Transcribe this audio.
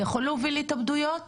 זה יכול להוביל להתאבדויות?